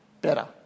better